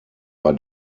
war